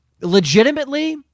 Legitimately